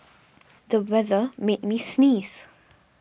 the weather made me sneeze